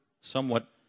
somewhat